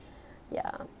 ya